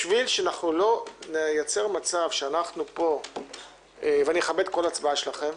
בשביל שלא נייצר מצב אני אכבד כל הצבעה שלכם,